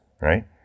right